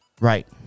Right